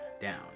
down